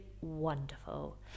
wonderful